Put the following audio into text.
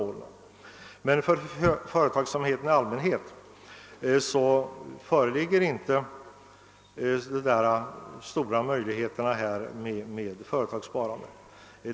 För företagsamheten i allmänhet föreligger inte några stora möjligheter till eget företagssparande.